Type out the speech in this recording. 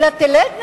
כי הן חלילה תלדנה.